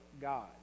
God